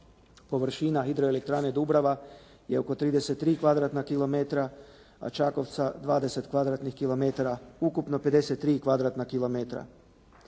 površina Hidroelektrane Dubrava je oko 33 kvadratna kilometra a Čakovca 20 kvadratnih kilometara, ukupno 53 kvadratna kilometra.